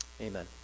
amen